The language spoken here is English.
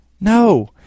No